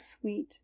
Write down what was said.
sweet